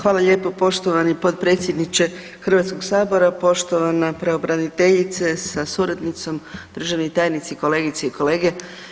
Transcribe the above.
Hvala lijepo poštovani potpredsjedniče Hrvatskoga sabora, poštovana pravobraniteljice sa suradnicom, državni tajnici, kolegice i kolege.